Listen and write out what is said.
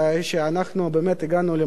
שאנחנו באמת הגענו למצב מאוד אבסורדי.